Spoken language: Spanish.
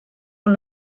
con